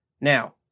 Now